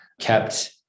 kept